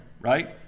right